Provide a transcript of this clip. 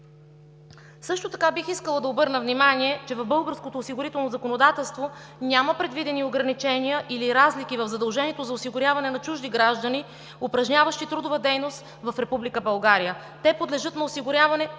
Шопов.) Бих искала да обърна внимание, че в българското осигурително законодателство няма предвидени ограничения или разлики в задължението за осигуряване на чужди граждани, упражняващи трудова дейност в Република България. Те подлежат на осигуряване